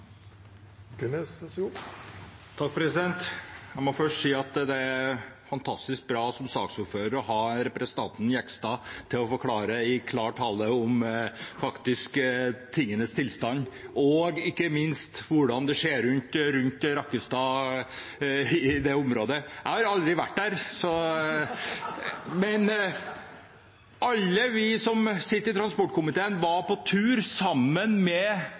Jeg må først si at det for saksordføreren er fantastisk bra å ha representanten Jegstad til å forklare i klar tale om tingenes tilstand, og ikke minst om hvordan det ser ut i området rundt Rakkestad. Jeg har aldri vært der, men alle vi som sitter i transportkomiteen, var på tur sammen med